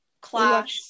class